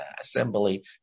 assembly